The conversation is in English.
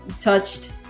touched